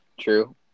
True